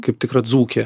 kaip tikra dzūkė